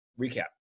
recap